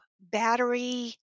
battery